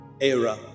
era